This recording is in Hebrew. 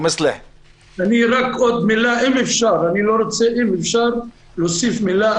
אם אפשר, אני רוצה להוסיף מילה.